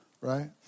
right